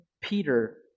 Peter